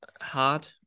hard